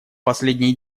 последние